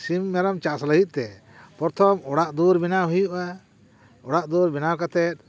ᱥᱤᱢ ᱢᱮᱨᱚᱢ ᱪᱟᱥ ᱞᱟᱹᱜᱤᱫ ᱛᱮ ᱯᱚᱨᱛᱷᱚᱢ ᱚᱲᱟᱜ ᱫᱩᱣᱟᱹᱨ ᱵᱮᱱᱟᱣ ᱦᱩᱭᱩᱜᱼᱟ ᱚᱲᱟᱜ ᱫᱩᱣᱟᱹᱨ ᱵᱮᱱᱟᱣ ᱠᱟᱛᱮᱫ